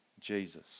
Jesus